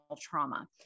trauma